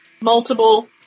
Multiple